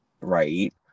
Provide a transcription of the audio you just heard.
Right